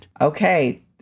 Okay